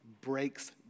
breaks